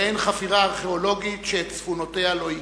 ואין חפירה ארכיאולוגית שאת צפונותיה לא הכיר.